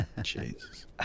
Jesus